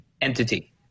entity